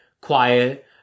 quiet